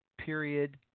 period